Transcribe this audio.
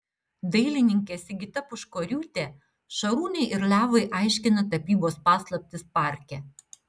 dailininkė sigita puškoriūtė šarūnei ir levui aiškina tapybos paslaptis parke